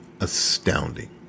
astounding